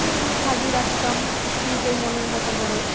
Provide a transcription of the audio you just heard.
সাজিয়ে রাখতাম নিজের মনের মতো করে